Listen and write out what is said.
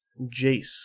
jace